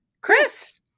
chris